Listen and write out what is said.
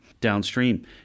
downstream